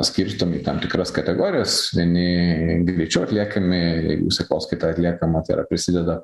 skirstomi į tam tikras kategorijas vieni greičiau atliekami sekoskaita atliekama tai yra prisideda